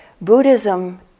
Buddhism